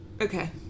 Okay